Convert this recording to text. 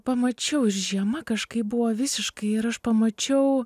pamačiau ir žiema kažkaip buvo visiškai ir aš pamačiau